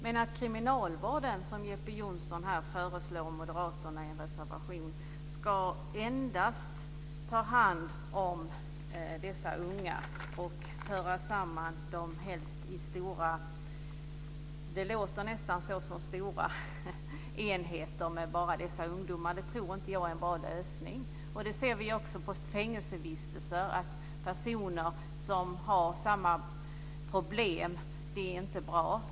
Men att kriminalvården, som Jeppe Johnsson och moderaterna föreslår i en reservation, ska ta hand om dessa unga och föra samman dem i vad som låter som stora enheter med bara ungdomar tror jag inte är en bra lösning. Det ser vi också på fängelsevistelser. Det är inte bra att sammanföra personer som har samma problem.